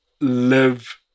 live